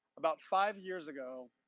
about five years ago,